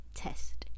test